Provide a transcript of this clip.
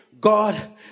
God